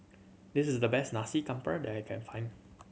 this is the best Nasi Campur that I can find